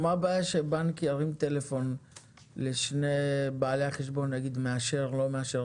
אבל מה הבעיה שבנק ירים טלפון לשני בעלי החשבון ויגיד מאשר או לא מאשר?